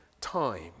time